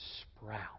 sprout